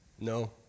No